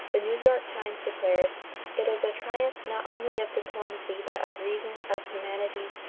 the new york times declared it is a triumph not only of diplomacy but of reason, of humanity,